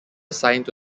assigned